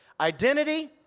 Identity